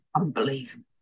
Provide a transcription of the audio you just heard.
unbelievable